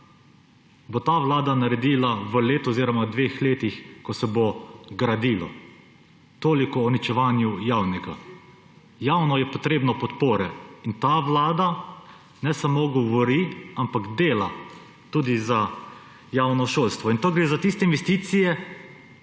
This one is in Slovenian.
bo ta vlada naredila v letu oziroma dveh letih, ko se bo gradilo. Toliko o uničevanju javnega. Javno je potrebno podpore in ta vlada ne samo govori, ampak dela tudi za javno šolstvo. Gre za tiste investicije